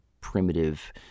primitive